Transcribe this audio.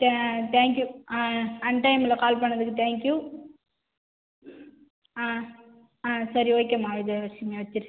தே thank you ஆ அன்டைமில் கால் பண்ணதுக்கு தேங்க்யூ ஆ ஆ சரி ஓகேம்மா இது வெச்சுடு நீ வச்சிடு